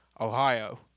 Ohio